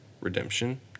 Redemption